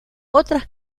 otras